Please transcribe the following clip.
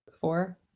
Four